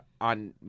on